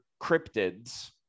cryptids